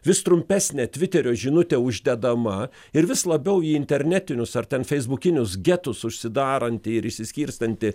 vis trumpesne tviterio žinute uždedama ir vis labiau į internetinius ar ten feisbukinius getus užsidaranti ir išsiskirstanti